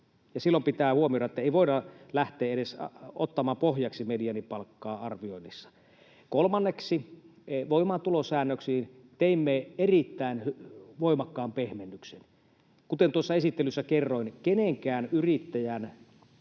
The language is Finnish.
silloin pitää huomioida, että ei voida lähteä edes ottamaan pohjaksi mediaanipalkkaa arvioinnissa. Kolmanneksi, voimaantulosäännöksiin teimme erittäin voimakkaan pehmennyksen. Kuten tuossa esittelyssä kerroin, kenenkään yrittäjän